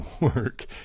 work